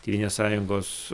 tėvynės sąjungos